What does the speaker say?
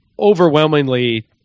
overwhelmingly